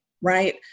right